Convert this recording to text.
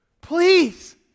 Please